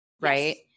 right